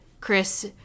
Chris